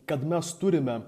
kad mes turime